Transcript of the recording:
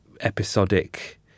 episodic